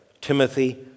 Timothy